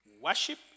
worship